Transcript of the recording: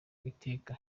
iteka